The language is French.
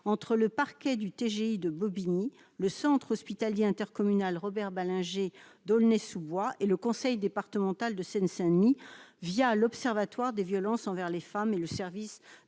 entre le Parquet du TGI de Bobigny, le centre hospitalier intercommunal Robert Ballanger d'Aulnay-sous-Bois et le conseil départemental de Seine-Saint-Denis via l'Observatoire des violences envers les femmes et le service